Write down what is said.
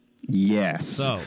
Yes